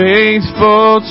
Faithful